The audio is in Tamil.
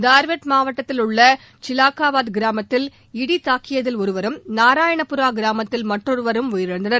தார்வாட் மாவட்டத்தில் உள்ள சில்க்காவாட் கிராமத்தில் இடி தாக்கியதில் ஒருவரும் நாராயணபுரா கிராமத்தில் மற்றொருவரும் உயிரிழந்தனர்